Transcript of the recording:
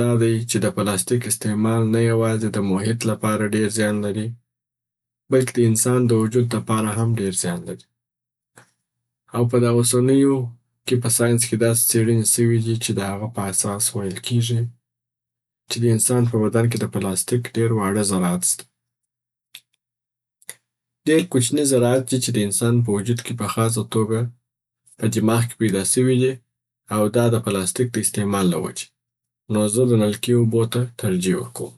دا دی چې د پلاستیک استعمال نه یوازي د محیط لپاره ډېر زیان لري بلکی د انسان د وجود د پاره هم ډېر زیان لري. او په دا اوسنیو کې په ساینس کې داسي څیړنې سوی دي چې د هغه په اساس ویل کیږي چې د انسان په بدن کې د پلاستیک ډېر واړه زرعات سته. ډېر کوچني زرعات دي چې د انسان په وجود کې په خاص توګه په دماغ کې پیدا سوي دي او دا د پلاستیک د استعمال له وجې. نو زه د نلکې اوبو ته ترجح ورکوم.